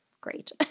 great